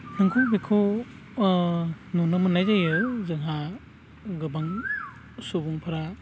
नंगौ बेखौ नुनो मोननाय जायो जोंहा गोबां सुबुंफोरा